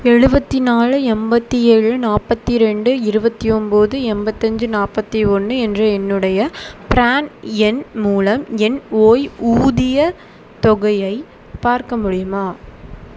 எழுபத்தி நாலு எண்பத்தி ஏழு நாற்பத்திரெண்டு இருபத்தி ஓம்போது எண்பத்தஞ்சு நாற்பத்தி ஒன்று என்ற என்னுடைய ப்ரான் எண் மூலம் என் ஓய்வூதியத் தொகையை பார்க்க முடியுமா